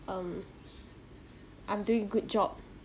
um I'm doing a good job